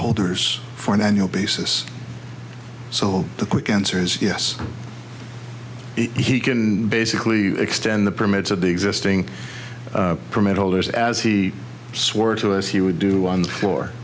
holders for an annual basis so the quick answer is yes he can basically extend the permits of the existing permit holders as he swore to us he would do on the floor